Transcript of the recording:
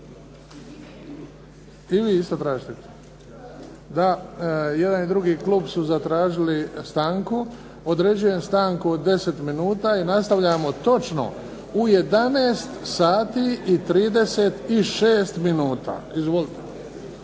I vi isto tražite? Da, jedan i drugi klub su zatražili stanku. Određujem stanku od 10 minuta i nastavljamo točno u 11 sati i 36 minuta. Izvolite.